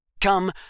Come